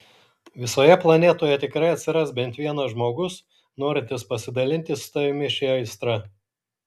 visoje planetoje tikrai atsiras bent vienas žmogus norintis pasidalinti su tavimi šia aistra